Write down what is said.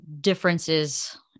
differences